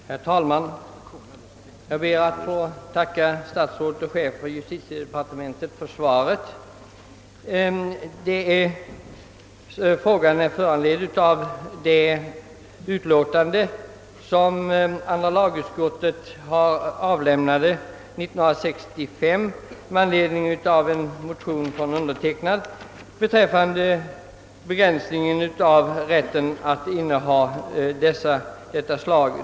Herr talman! Jag ber att få tacka statsrådet och chefen för justitiedepartementet för svaret. Min fråga föranleddes av ett riksdagsbeslut år 1965 med anledning av en av mig väckt motion beträffande begränsning av rätten att inneha vapen av detta slag.